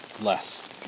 Less